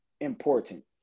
important